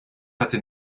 hatte